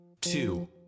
two